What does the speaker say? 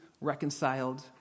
reconciled